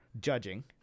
judging